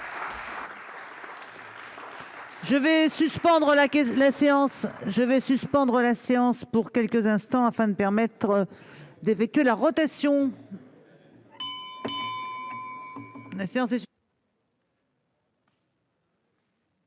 Je vais suspendre la séance pour quelques instants afin de permettre d'que la rotation.